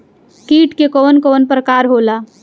कीट के कवन कवन प्रकार होला?